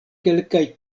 kelkaj